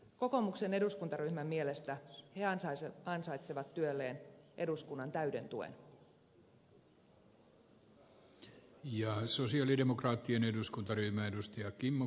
kokoomuksen eduskuntaryhmän mielestä he ansaitsevat työlleen eduskunnan täyden tuen